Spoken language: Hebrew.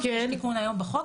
יש תיקון היום בחוק,